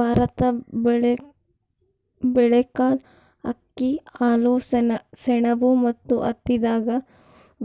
ಭಾರತ ಬೇಳೆಕಾಳ್, ಅಕ್ಕಿ, ಹಾಲು, ಸೆಣಬು ಮತ್ತು ಹತ್ತಿದಾಗ